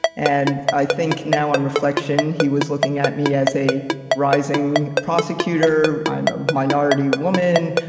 and i think now on reflection, he was looking at me as a rising prosecutor. i'm a minority woman,